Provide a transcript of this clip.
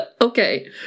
Okay